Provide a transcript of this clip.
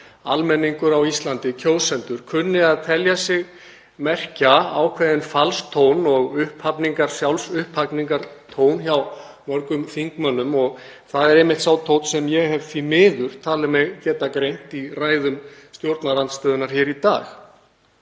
almenningur á Íslandi, kjósendur, kunni að telja sig merkja ákveðinn falstón og sjálfsupphafningartón hjá mörgum þingmönnum og það er einmitt sá tónn sem ég hef því miður talið mig geta greint í ræðum stjórnarandstöðunnar í dag.